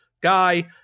guy